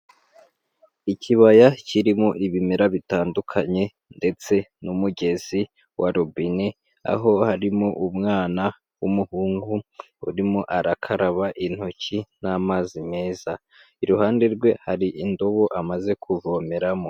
Ikibaya kirimo ibimera bitandukanye ndetse n'umugezi wa robine aho harimo umwana w'umuhungu urimo arakaraba intoki n'amazi meza, iruhande rwe hari indubo amaze kuvomeramo.